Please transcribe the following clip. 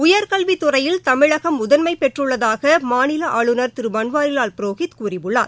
உயர்கல்வித்துறையில் தமிழகம் முதன்மை பெற்றுள்ளதாக மாநில ஆளுநர் திரு பன்வாரிலால் புரோஹித் கூறியுள்ளார்